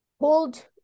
hold